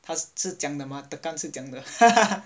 cause 是这样的 mah tekan 是这样的